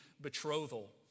betrothal